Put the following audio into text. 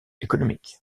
économique